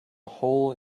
hole